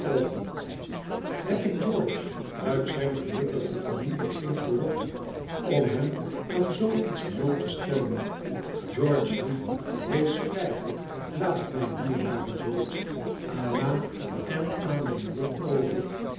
heb ik george uit zijn gelukkigen familiekring gelokt om hem aan zoo iets bloot te stellen georgelie wees vrij laat mij dierbare george aan ma en aan mijn lot over